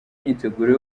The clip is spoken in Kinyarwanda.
imyiteguro